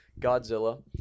Godzilla